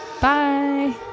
Bye